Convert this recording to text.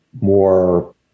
more